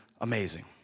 amazing